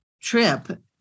trip